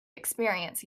experience